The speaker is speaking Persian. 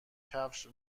کفش